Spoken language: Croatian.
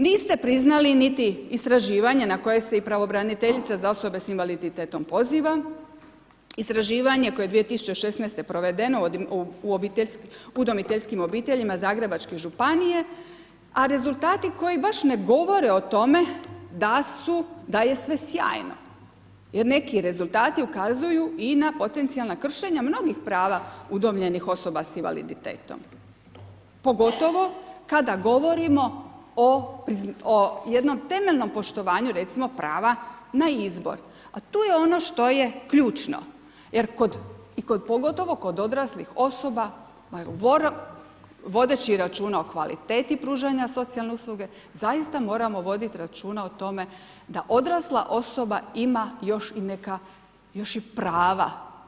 Niste priznali niti istraživanje na koje se i Pravobraniteljica za osobe s invaliditetom poziva, istraživanje koje je 2016. provedeno u udomiteljskim obiteljima Zagrebačke županije, a rezultati koji baš ne govore o tome da je sve sjajno, jer neki rezultati ukazuju i na potencijalna kršenja mnogih prava udomljenih osoba s invaliditetom pogotovo kada govorimo o jednom temeljnom poštovanju recimo prava na izbor, a tu je ono što je ključno pogotovo kod odraslih osoba vodeći računa o kvaliteti pružanja socijalne usluge zaista moramo voditi računa o tome da odrasla osoba ima još i neka još i prava.